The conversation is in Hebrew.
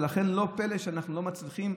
ולכן לא פלא שאנחנו לא מצליחים